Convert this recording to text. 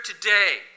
today